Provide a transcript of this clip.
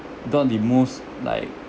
not the most like